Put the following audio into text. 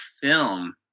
film